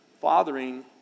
Fathering